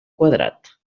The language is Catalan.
quadrat